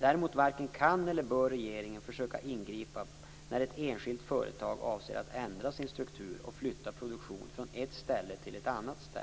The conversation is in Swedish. Däremot varken kan eller bör regeringen försöka ingripa när ett enskilt företag avser att ändra sin struktur och flytta produktion från ett ställe till ett annat.